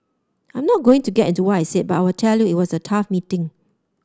I'm not going to get into what I said but I will tell you it was a tough meeting